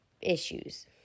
issues